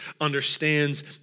understands